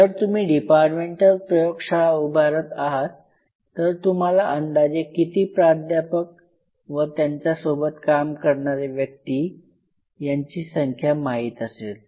जर तुम्ही डिपार्टमेंटल प्रयोगशाळा उभारत आहात तर तुम्हाला अंदाजे किती प्राध्यापक व त्यांच्यासोबत काम करणारे व्यक्ती यांची संख्या माहीत असेल